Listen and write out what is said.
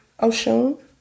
Oshun